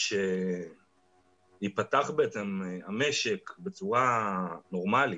כשייפתח המשק בצורה נורמלית,